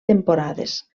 temporades